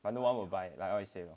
but no one will buy like always you know